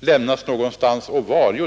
lämnas någonstans och var?